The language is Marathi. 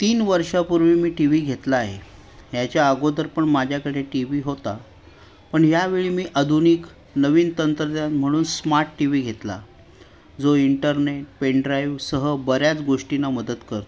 तीन वर्षापूर्वी मी टी व्ही घेतला आहे याच्या अगोदर पण माझ्याकडे टी व्ही होता पण यावेळी मी आधुनिक नवीन तंत्रज्ञान म्हणून स्मार्ट टी व्ही घेतला जो इंटरनेट पेनड्राईव्हसह बऱ्याच गोष्टींना मदत करतो